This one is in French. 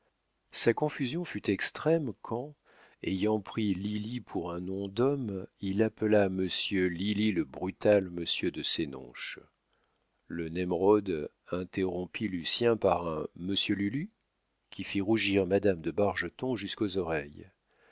sa confusion fut extrême quand ayant pris lili pour un nom d'homme il appela monsieur lili le brutal monsieur de senonches le nembrod interrompit lucien par un monsieur lulu qui fit rougir madame de bargeton jusqu'aux oreilles